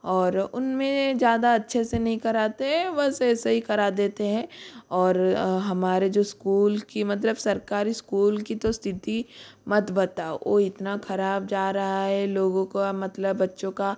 और उनमें ज़्यादा अच्छे से नहीं कराते बस ऐसे ही करा देते हैं और हमारे जो इस्कूल की मतलब सरकारी इस्कूल की तो स्थिति मत बताओ वो इतना ख़राब जा रहा है लोगों का मतलब बच्चों का